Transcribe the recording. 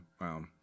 wow